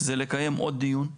זה לקיים עוד דיון,